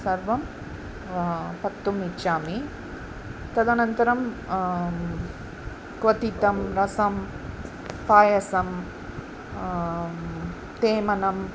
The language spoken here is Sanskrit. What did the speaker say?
सर्वं पक्तुम् इच्छामि तदनन्तरं क्वतितं रसं पायसं तेमनं